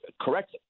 correct